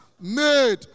made